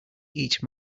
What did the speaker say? each